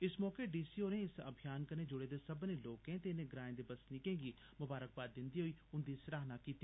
इस मौके D C होरें इस अभियान कन्ने जुड़े दे सब्मने लोकें ते इनें ग्रांए दे बसनीकें गी ममारकबाद दिंदे होई उन्दी सराहना बी कीती